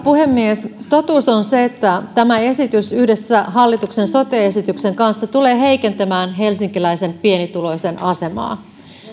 puhemies totuus on se että tämä esitys yhdessä hallituksen sote esityksen kanssa tulee heikentämään helsinkiläisen pienituloisen asemaa